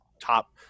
top